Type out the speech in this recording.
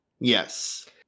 Yes